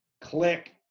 click